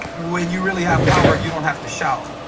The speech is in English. when you really have power you don't have to shout